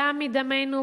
דם מדמנו,